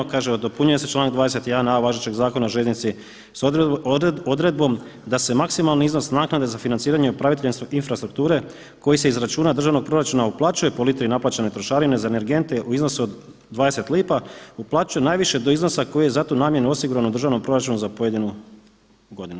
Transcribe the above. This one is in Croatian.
Kaže dopunjuje se članak 21. a važećeg zakona o željeznici s odredbom da se maksimalni iznos naknade za financiranje upravitelja infrastrukture koji se iz računa državnog proračuna uplaćuje po litri naplaćene trošarine za energente u iznosu od 20 lipa, uplaćuje najviše do iznosa koji je za tu namjenu osiguran u državnom proračunu za pojedinu godinu.